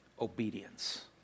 obedience